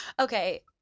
okay